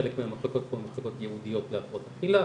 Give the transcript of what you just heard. חלק מהמחלקות פה הן מחלקות ייעודיות להפרעות אכילה,